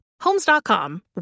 Homes.com